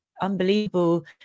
unbelievable